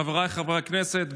חבריי חברי הכנסת,